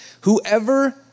whoever